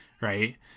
right